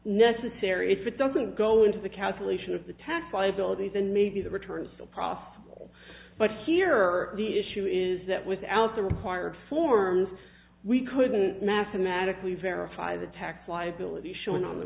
necessary if it doesn't go into the calculation of the tax liabilities and maybe the return still profitable but here the issue is that without the required forms we couldn't mathematically verify the tax liability showing on the